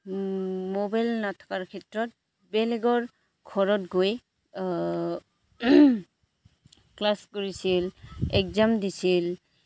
mobile নাথকাৰ ক্ষেত্ৰত বেলেগৰ ঘৰত গৈ ক্লাছ কৰিছিল এগজাম দিছিল